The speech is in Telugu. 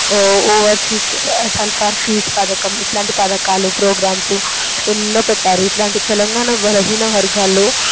ఓవర్సీస్ సల్ఫర్ ఫీజు పథకం ఇలాంటి పథకాలు ప్రోగ్రామ్స్ ఎన్నో పెట్టారు ఇలాంటివి తెలంగాణ బలహీన వర్గాలలో